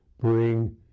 bring